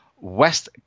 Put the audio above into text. West